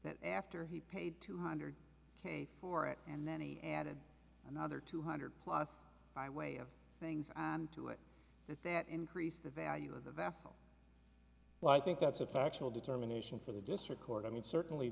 that after he paid two hundred k for it and then he added another two hundred plus by way of things to it that that increase the value of the vessel well i think that's a factual determination for the district court i mean certainly